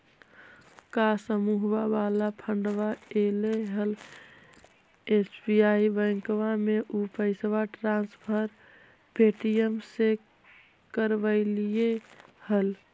का समुहवा वाला फंडवा ऐले हल एस.बी.आई बैंकवा मे ऊ पैसवा ट्रांसफर पे.टी.एम से करवैलीऐ हल?